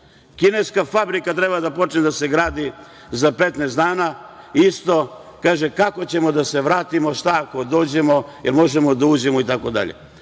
radnika. Kineska fabrika treba da počne da se gradi za 15 dana, isto kaže – kako ćemo da se vratimo, šta ako dođemo, jel možemo da uđemo, itd. Da te